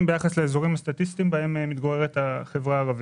ביחס לאזורים הסטטיסטיים שבהם מתגוררת החברה הערבית.